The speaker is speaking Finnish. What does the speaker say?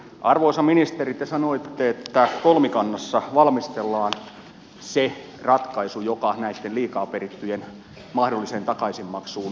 arvoisa ministeri te sanoitte että kolmikannassa valmistellaan se ratkaisu koskien näitten liikaa perittyjen mahdollista takaisinmaksua